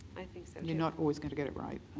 you're not always going to get it right.